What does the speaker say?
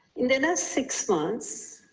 in the last six months,